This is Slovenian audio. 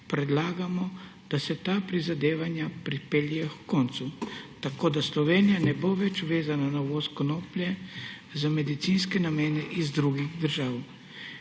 predlagamo, da se ta prizadevanja pripeljejo h koncu, tako da Slovenija ne bo več vezana na uvoz konoplje za medicinske namene iz drugih držav,